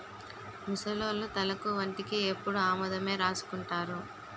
ముసలోళ్లు తలకు ఒంటికి ఎప్పుడు ఆముదమే రాసుకుంటారు